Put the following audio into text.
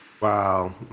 Wow